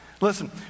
Listen